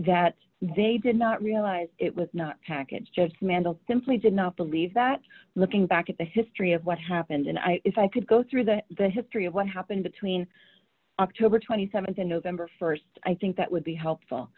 that they did not realize it was not package just mental simply did not believe that looking back at the history of what happened and i if i could go through the the history of what happened between october th and november st i think that would be helpful